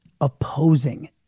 opposing